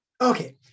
okay